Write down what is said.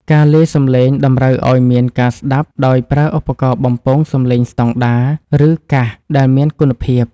ការលាយសំឡេងតម្រូវឱ្យមានការស្ដាប់ដោយប្រើឧបករណ៍បំពងសំឡេងស្ដង់ដារ ឬ កាសដែលមានគុណភាព។